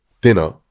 dinner